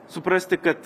suprasti kad